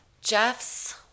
Jeff's